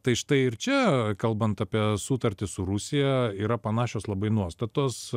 tai štai ir čia kalbant apie sutartį su rusija yra panašios labai nuostatos